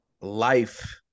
life